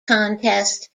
contest